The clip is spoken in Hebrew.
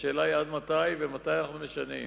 השאלה היא עד מתי, ומתי אנחנו משנים,